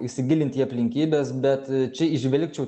įsigilint į aplinkybes bet čia įžvelgčiau